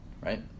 right